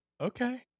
Okay